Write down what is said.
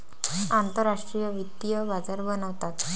आंतरराष्ट्रीय वित्तीय बाजार बनवतात